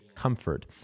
comfort